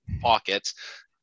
pockets